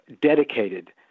dedicated